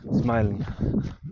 smiling